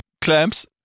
clamps